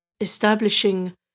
establishing